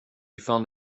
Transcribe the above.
found